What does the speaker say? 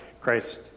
christ